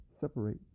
separate